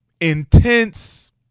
intense